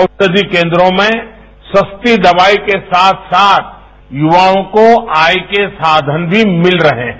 औषधि केन्द्रों में सस्ती दवाई के साथ साथ युवाओं को आय के साधन भी मिल रहे हैं